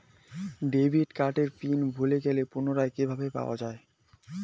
Debit কার্ডের PIN ভুলে গেলে পুনরায় কিভাবে পাওয়া য়ায়?